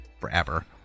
forever